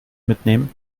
mitnehmen